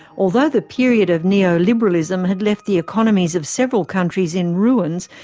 although the period of neo-liberalism had left the economies of several countries in ruins,